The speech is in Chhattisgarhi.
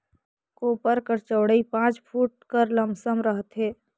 कोपर कर चउड़ई पाँच फुट कर लमसम रहथे